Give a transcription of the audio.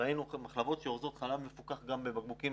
ראינו מחלבות שאורזות חלב מפוקח גם בבקבוקים